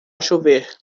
chover